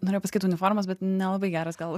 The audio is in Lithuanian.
norėjau pasakyt uniformos bet nelabai geras gal